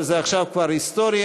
אבל עכשיו זה כבר היסטוריה.